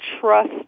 trust